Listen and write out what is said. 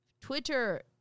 Twitter